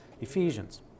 Ephesians